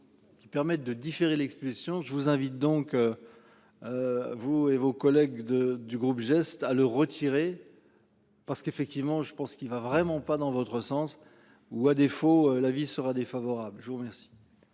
Qui permettent de différer l'expulsion je vous invite donc. Vous et vos collègues de du groupe gestes à le retirer. Parce qu'effectivement je pense qu'il va vraiment pas dans votre sens, ou à défaut l'avis sera défavorable, je vous remercie.